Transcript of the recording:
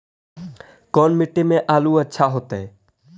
कोन मट्टी में आलु अच्छा होतै?